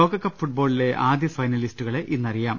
ലോകകപ്പ് ഫുട്ബോളിലെ ആദ്യ ഫൈനലിസ്റ്റുകളെ ഇന്നറിയാം